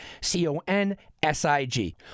c-o-n-s-i-g